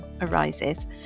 arises